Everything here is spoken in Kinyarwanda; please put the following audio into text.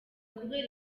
kubera